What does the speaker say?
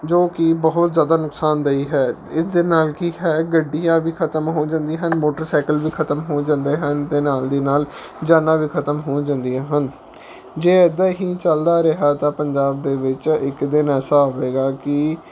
ਜੋ ਕਿ ਬਹੁਤ ਜ਼ਿਆਦਾ ਨੁਕਸਾਨਦੇਹ ਹੈ ਇਸਦੇ ਨਾਲ ਕੀ ਹੈ ਗੱਡੀਆਂ ਵੀ ਖਤਮ ਹੋ ਜਾਂਦੀਆਂ ਹਨ ਮੋਟਰਸਾਈਕਲ ਵੀ ਖਤਮ ਹੋ ਜਾਂਦੇ ਹਨ ਅਤੇ ਨਾਲ ਦੀ ਨਾਲ ਜਾਨਾਂ ਵੀ ਖਤਮ ਹੋ ਜਾਂਦੀਆਂ ਹਨ ਜੇ ਇੱਦਾਂ ਹੀ ਚੱਲਦਾ ਰਿਹਾ ਤਾਂ ਪੰਜਾਬ ਦੇ ਵਿੱਚ ਇੱਕ ਦਿਨ ਐਸਾ ਹੋਏਗਾ ਕਿ